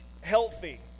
healthy